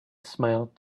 smiled